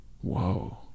whoa